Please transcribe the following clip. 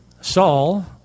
Saul